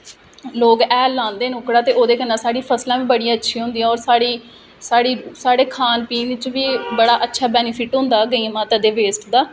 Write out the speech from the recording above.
लोग हैल लांदे न ओह्कड़ा ते ओह्दे कन्नै साढ़ी फसलां बी बड़ियां अच्छियां होंदियां होर साढ़ी साढ़ी साढ़े खान पीन बिच बी बड़ा अच्छा बेनिफिट होंदा गंइ माता दे वेस्ट दा